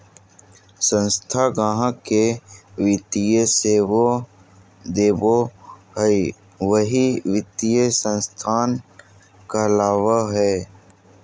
संस्था गाहक़ के वित्तीय सेवा देबो हय वही वित्तीय संस्थान कहलावय हय